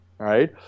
Right